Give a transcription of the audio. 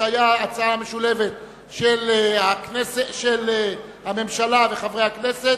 שהיה הצעה משולבת של הממשלה וחברי הכנסת,